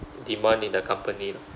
demand in the company lah